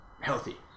healthy